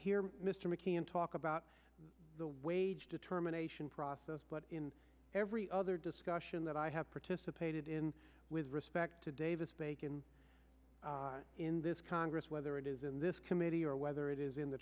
hear mr mccann talk about the wage determination process but in every other discussion that i have participated in with respect to davis bacon in this congress whether it is in this committee or whether it is in the